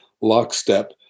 lockstep